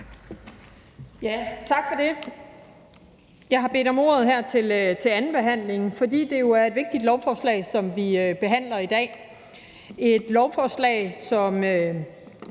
Tak for det. Jeg har bedt om ordet her til andenbehandlingen, fordi det jo er et vigtigt lovforslag, som vi behandler i dag.